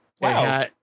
Wow